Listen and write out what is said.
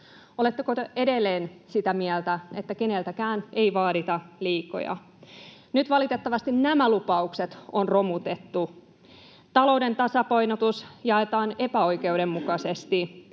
Oletteko te edelleen sitä mieltä, että keneltäkään ei vaadita liikoja? Nyt valitettavasti nämä lupaukset on romutettu. Talouden tasapainotus jaetaan epäoikeudenmukaisesti,